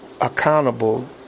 accountable